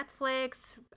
Netflix